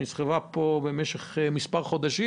שנסחבה פה במשך מספר חודשים,